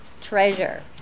treasure